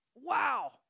Wow